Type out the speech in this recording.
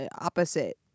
opposite-